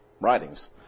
writings